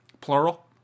plural